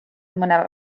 mõne